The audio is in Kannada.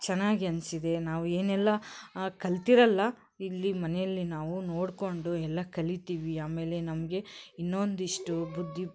ಚೆನ್ನಾಗಿ ಅನಿಸಿದೆ ನಾವು ಏನೆಲ್ಲ ಕಲಿತಿರಲ್ಲ ಇಲ್ಲಿ ಮನೆಯಲ್ಲಿ ನಾವು ನೋಡಿಕೊಂಡು ಎಲ್ಲ ಕಲೀತೀವಿ ಆಮೇಲೆ ನಮಗೆ ಇನ್ನೊಂದಿಷ್ಟು ಬುದ್ಧಿ